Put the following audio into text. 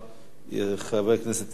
חבר הכנסת ישראל כץ.